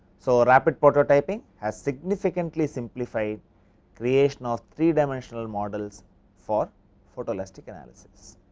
so, rapid prototyping as significantly simplified creation of three-dimensional models for photo elastic analysis.